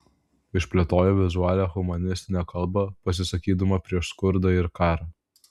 išplėtojo vizualią humanistinę kalbą pasisakydama prieš skurdą ir karą